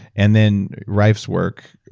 and then rife's work,